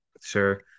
sure